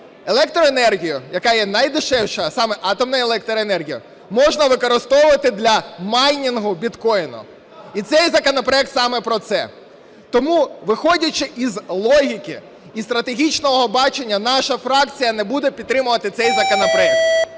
електроенергію, яка є найдешевша, а саме атомна електроенергія, можна використовувати для майнінгу біткоїну, і цей законопроект саме про це. Тому виходячи із логіки і стратегічного бачення, наша фракція не буде підтримувати цей законопроект.